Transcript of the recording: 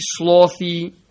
slothy